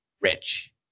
rich